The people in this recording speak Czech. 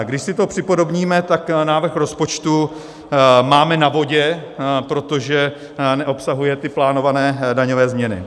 Když si to připodobníme, tak návrh rozpočtu máme na vodě, protože neobsahuje ty plánované daňové změny.